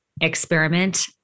experiment